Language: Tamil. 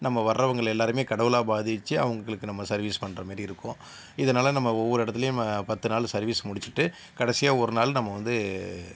நம்ம வர்றவங்களை எல்லாரையுமே கடவுளாக பாதித்து அவங்களுக்கு நம்ம சர்வீஸ் பண்ணுற மாதிரி இருக்கும் இதனால் நம்ம ஒவ்வொரு இடத்துலையும் நம்ம பத்து நாள் சர்வீஸ் முடிச்சுட்டு கடைசியாக ஒரு நாள் நம்ம வந்து